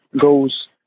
goes